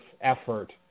effort